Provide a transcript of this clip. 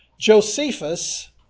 Josephus